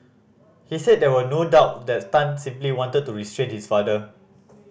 he said there was no doubt that Tan simply wanted to restrain his father